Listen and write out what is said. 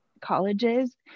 colleges